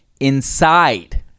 inside